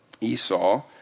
Esau